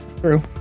True